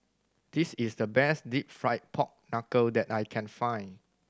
this is the best Deep Fried Pork Knuckle that I can find